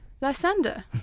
Lysander